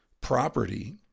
property